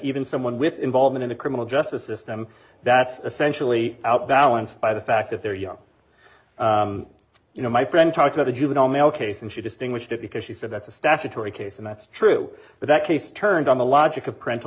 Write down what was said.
even someone with involvement in a criminal justice system that's essentially outbalance by the fact that they're young you know my friend talked about a juvenile male case and she distinguished it because she said that's a statutory case and that's true but that case turned on the logic of parental